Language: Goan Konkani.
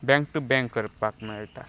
बँक टू बँक करपाक मेळटा